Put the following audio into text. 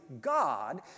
God